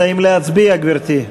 האם להצביע, גברתי?